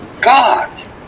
God